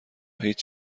هیچ